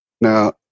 Now